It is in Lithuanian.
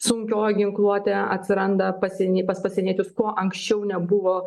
sunkioji ginkluotė atsiranda pasieny pas pasieniečius kuo anksčiau nebuvo